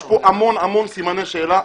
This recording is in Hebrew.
יש פה המון סימני שאלה.